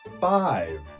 five